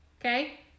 okay